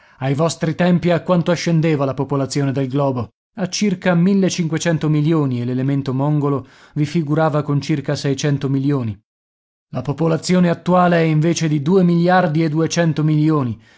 ai vostri tempi a quanto ascendeva la popolazione del globo a circa millecinquecento milioni e l'elemento mongolo vi figurava con circa seicento milioni la popolazione attuale è invece di due miliardi e duecento milioni